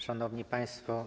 Szanowni Państwo!